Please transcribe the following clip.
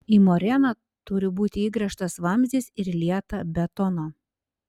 į moreną turi būti įgręžtas vamzdis ir įlieta betono